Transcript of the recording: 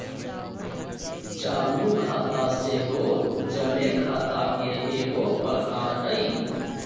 चालू खता सेहो जमें खता के एगो प्रकार हइ